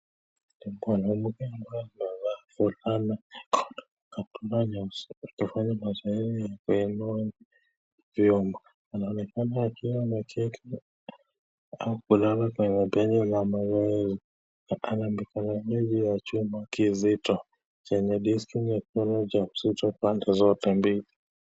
Mungu amekuwa na yeye usiku tofauti na mchana yeye ni mwema anaonekana akiwa amechukua hakuna lolote kwenye mbele la mbele ana mikononi mwake mzito chenye diski nyekundu ya upande zote mbili.